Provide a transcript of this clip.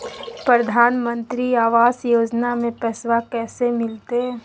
प्रधानमंत्री आवास योजना में पैसबा कैसे मिलते?